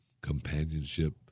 companionship